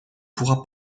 pourra